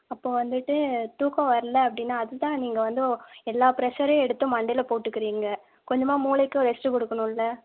அப்போது வந்துட்டு தூக்கம் வரல அப்படின்னா அது தான் நீங்கள் வந்து ஓ எல்லா ப்ரெஷ்ஷரையும் எடுத்து மண்டையில போட்டுக்கிறிங்க கொஞ்சமாக மூளைக்கும் ரெஸ்ட்டு கொடுக்கணும்ல